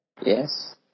Yes